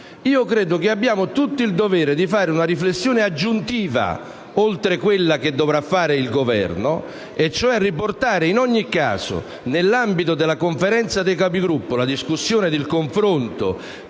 Credo che abbiamo tutti il dovere di fare una riflessione aggiuntiva, oltre quella che dovrà fare il Governo, e riportare nell'ambito della Conferenza dei Capigruppo la discussione ed il confronto